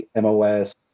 MOS